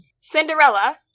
cinderella